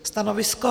Stanovisko?